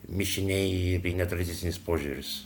mišiniai bei netradicinis požiūris